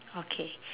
okay